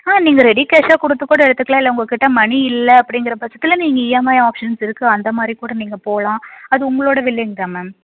ஆ நீங்கள் ரெடி கேஷ்ஷாக கொடுத்து கூட எடுத்துக்கலாம் இல்லை உங்கள்க்கிட்ட மணி இல்லை அப்படிங்கற பட்சத்தில் நீங்கள் இஎம்ஐ ஆப்ஷன்ஸ் இருக்குது அந்த மாதிரி கூட நீங்கள் போகலாம் அது உங்களோடய வில்லிங் தான் மேம்